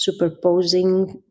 superposing